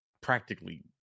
practically